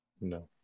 No